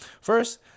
first